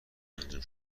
انجام